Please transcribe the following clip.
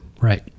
Right